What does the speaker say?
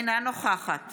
אינה נוכחת